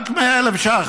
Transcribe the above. רק 100,000 שקלים.